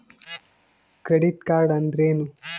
Credit card ಅಂದ್ರೇನು?